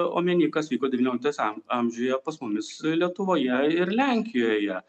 omeny kas vyko devynioliktais am amžiuje pas mumis lietuvoje ir lenkijoje